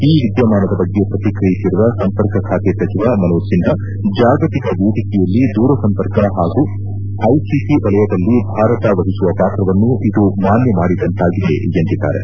ಈ ವಿದ್ಯಮಾನದ ಬಗ್ಗೆ ಪ್ರತಿಕ್ರಿಯಿಸಿರುವ ಸಂಪರ್ಕ ಖಾತೆ ಸಚಿವ ಮನೋಜ್ ಸಿನ್ಹಾ ಜಾಗತಿಕ ವೇದಿಕೆಯಲ್ಲಿ ದೂರ ಸಂಪರ್ಕ ಹಾಗೂ ಐಸಿಟಿ ವಲಯದಲ್ಲಿ ಭಾರತ ವಹಿಸುವ ಪಾತ್ರವನ್ನು ಇದು ಮಾನ್ಯ ಮಾಡಿದಂತಾಗಿದೆ ಎಂದಿದ್ದಾರೆ